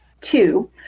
Two